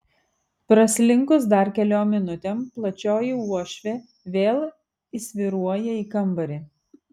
praslinkus dar keliom minutėm plačioji uošvė vėl įsvyruoja į kambarį